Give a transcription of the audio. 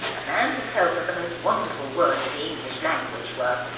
a man who felt that the most wonderful words in the english language were,